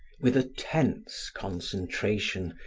with a tense concentration,